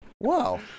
Wow